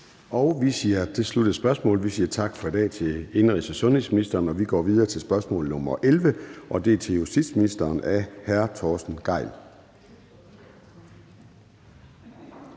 (Søren Gade): Det sluttede spørgsmålet. Vi siger tak for i dag til indenrigs- og sundhedsministeren. Vi går videre til spørgsmål nr. 11, og det er til justitsministeren af hr. Torsten Gejl.